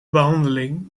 behandeling